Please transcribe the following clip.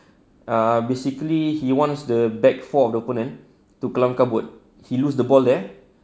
ah basically he wants the bag for of the opponent to kelam kabut he lose the ball there